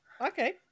okay